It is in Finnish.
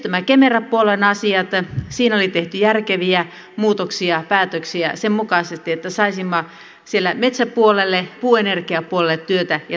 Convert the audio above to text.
erityisesti kemera puolen asioissa oli tehty järkeviä muutoksia päätöksiä sen mukaisesti että saisimme siellä metsäpuolelle puuenergiapuolelle työtä ja toimintoja